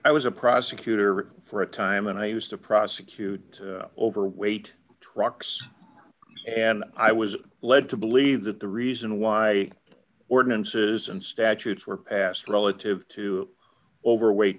i was a prosecutor for a time and i used to prosecute overweight trucks and i was led to believe that the reason why ordinances and statutes were passed relative to overweight